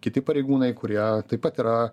kiti pareigūnai kurie taip pat yra